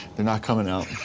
they're not coming out.